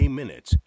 minutes